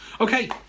Okay